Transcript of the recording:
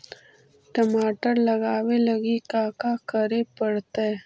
टमाटर लगावे लगी का का करये पड़तै?